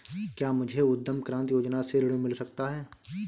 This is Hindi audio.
क्या मुझे उद्यम क्रांति योजना से ऋण मिल सकता है?